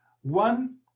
One